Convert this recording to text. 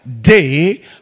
day